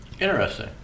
interesting